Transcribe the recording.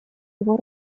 его